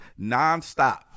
nonstop